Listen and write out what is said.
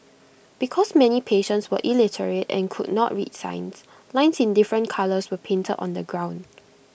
because many patients were illiterate and could not read signs lines in different colours were painted on the ground